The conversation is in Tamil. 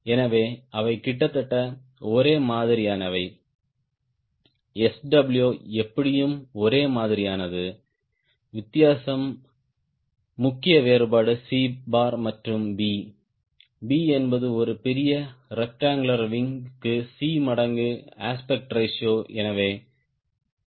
எனவே அவை கிட்டத்தட்ட ஒரே மாதிரியானவை Sw எப்படியும் ஒரே மாதிரியானது வித்தியாசம் முக்கிய வேறுபாடு 𝑐̅ மற்றும் b b என்பது ஒரு பெரிய ரெக்டாங்குலர் விங் க்கு c மடங்கு அஸ்பெக்ட் ரேஷியோ